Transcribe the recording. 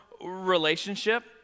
relationship